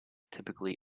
typically